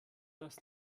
das